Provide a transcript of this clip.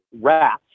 rats